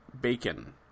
BACON